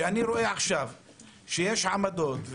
הוא שאני רואה עכשיו שיש עמדות,